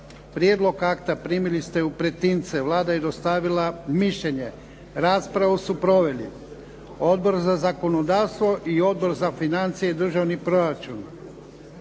Prijedlog akta primili ste u pretince. Vlada je dostavila mišljenje. Raspravu su proveli Odbor za zakonodavstvo i Odbor za financije i državni proračun.